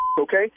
okay